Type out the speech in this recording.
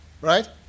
right